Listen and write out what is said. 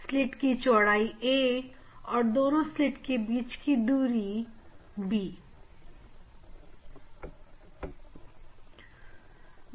slit की चौड़ाई a है और दोनों स्लिट के बीच में ओपेक दूरी 'b' है